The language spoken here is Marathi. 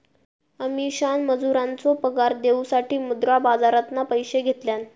अमीषान मजुरांचो पगार देऊसाठी मुद्रा बाजारातना पैशे घेतल्यान